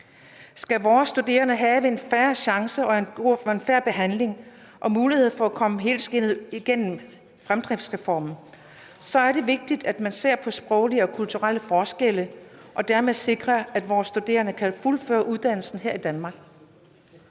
Skal vore studerende have en fair chance og en fair behandling og mulighed for at komme helskindet igennem fremdriftsreformen, så er det vigtigt, at man ser på sproglige og kulturelle forskelle og dermed sikrer, at vores studerende kan fuldføre deres uddannelse her i Danmark.